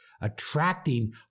Attracting